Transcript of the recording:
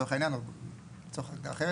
לצורך העניין או לצורך אחרת,